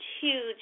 huge